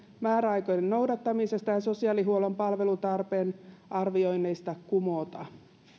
määräaikojen noudattamisesta ja sosiaalihuollon palvelutarpeen arvioinneista kumota